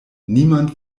niemand